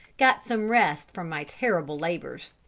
got some rest from my terrible labours.